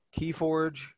KeyForge